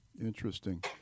Interesting